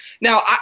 Now